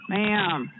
Ma'am